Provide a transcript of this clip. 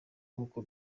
nk’uko